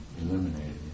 eliminated